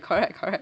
correct correct